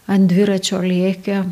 ant dviračio lėkė